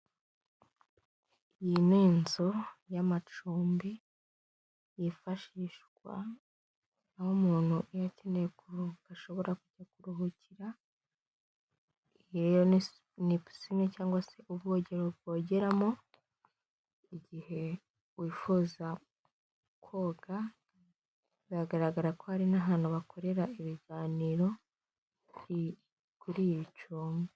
Iyi ni inzu y'amacumbi yifashishwa aho umuntu iyo akeneye kuruhuka ashobora kuruhukira, iyi rero ni pisine cyangwa se ubwogero bogeramo igihe wifuza koga, biragaragara ko hari n'ahantu bakorera ibiganiro kuri iri cumbi.